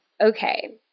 okay